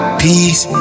peace